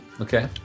Okay